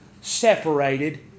separated